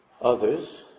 others